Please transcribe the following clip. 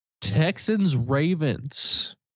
Texans-Ravens